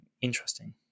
interesting